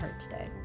today